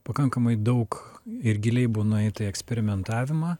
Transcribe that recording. pakankamai daug ir giliai buvo nueita į eksperimentavimą